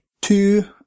two